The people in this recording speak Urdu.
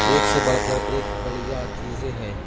ایک سے بڑھ کر ایک بڑھیا چیزیں ہے